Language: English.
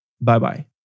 bye-bye